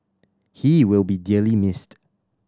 he will be dearly missed